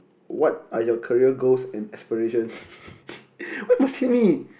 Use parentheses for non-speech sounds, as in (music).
what are your career goals and aspirations (laughs) why you must hit me